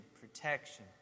protection